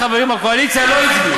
תדע לך שהרבה חברים מהקואליציה לא הצביעו,